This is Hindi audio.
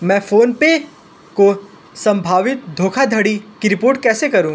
मैं फ़ोनपे को संभावित धोखाधड़ी की रिपोर्ट कैसे करूँ